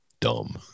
dumb